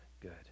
good